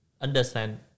understand